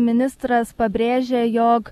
ministras pabrėžia jog